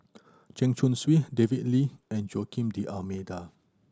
Chen Chong Swee David Lee and Joaquim D'Almeida